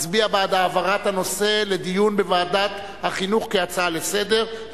מצביע בעד העברת הנושא לדיון בוועדת החינוך כהצעה לסדר-היום,